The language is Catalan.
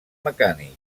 mecànic